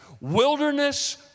Wilderness